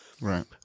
right